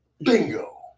Bingo